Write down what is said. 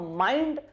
mind